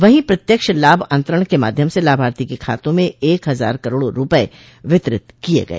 वहीं प्रत्यक्ष लाभ अंतरण के माध्यम से लाभार्थी के खातों में एक हजार करोड़ रुपये वितरित किये गए